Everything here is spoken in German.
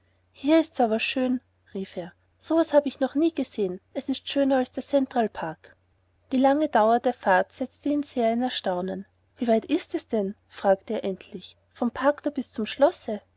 hier ist's aber schön rief er so was habe ich nie gesehen es ist schöner als der centralpark die lange dauer der fahrt setzte ihn sehr in erstaunen wie weit ist es denn fragte er endlich vom parkthor bis zum schlosse